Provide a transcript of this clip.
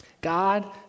God